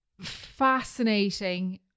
Fascinating